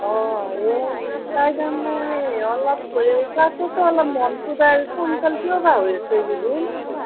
এই তাই তাৰমানে হেই অলপ ক্লাছটো অলপ মনটো তাইৰ চঞ্চল কিয় বা হৈ আছে এই কেইদিন